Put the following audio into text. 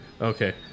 Okay